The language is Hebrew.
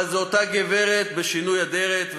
אבל זו אותה גברת בשינוי אדרת,